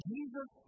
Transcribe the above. Jesus